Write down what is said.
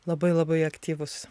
labai labai aktyvus